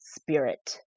spirit